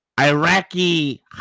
Iraqi